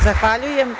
Zahvaljujem.